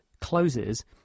closes